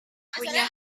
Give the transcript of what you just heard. punya